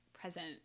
Present